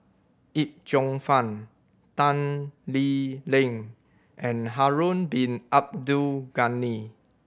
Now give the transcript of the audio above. Yip Cheong Fun Tan Lee Leng and Harun Bin Abdul Ghani